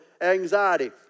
anxiety